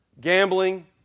gambling